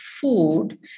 food